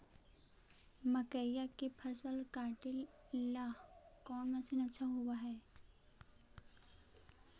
मकइया के फसल काटेला कौन मशीन अच्छा होव हई?